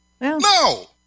no